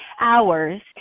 hours